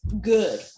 good